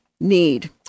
need